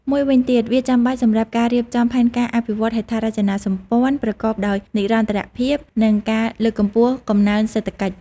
មួយវិញទៀត វាចាំបាច់សម្រាប់ការរៀបចំផែនការអភិវឌ្ឍន៍ហេដ្ឋារចនាសម្ព័ន្ធប្រកបដោយនិរន្តរភាព និងការលើកកម្ពស់កំណើនសេដ្ឋកិច្ច។